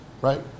right